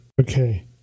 Okay